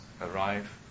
arrive